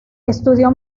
estudió